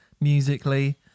musically